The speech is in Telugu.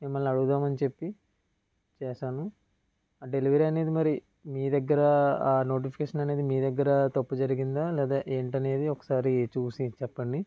మిమ్మల్ని అడుగుదామని చెప్పి చేశాను డెలివరీ అనేది మరి మీ దగ్గర ఆ నోటిఫికేషన్ అనేది మీ దగ్గర తప్పు జరిగిందా లేదా ఏంటనేది ఒకసారి చూసి చెప్పండీ